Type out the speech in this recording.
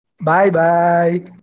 Bye-bye